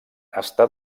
està